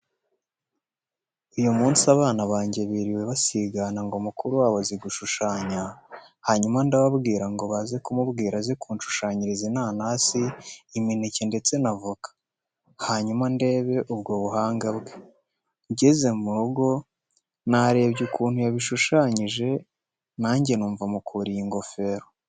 Uyu munsi abana banjye biriwe basigana ngo mukuru wabo azi gushushanya, hanyuma ndababwira ngo baze kumubwira aze kunshushanyiriza inanasi, imineke ndetse na voka, hanyuma ndebe ubwo buhanga bwe. Ngeze mu rugo narebye ukuntu yabishushanyije nanjye numva mukuriye ingofero.